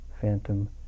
phantom